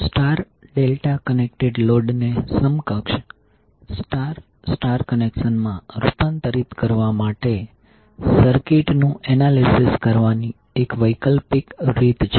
star delta connected લોડને સમકક્ષ star star connection માં રૂપાંતરિત કરવા માટે સર્કિટનું એનાલિસિસ કરવાની એક વૈકલ્પિક રીત છે